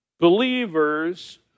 Believers